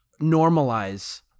normalize